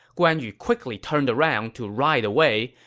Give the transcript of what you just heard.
guan yu quickly turned around to ride away,